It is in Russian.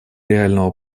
реального